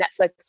Netflix